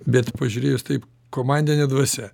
bet pažiūrėjus taip komandinė dvasia